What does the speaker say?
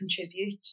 contribute